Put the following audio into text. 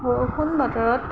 বৰষুণ বতৰত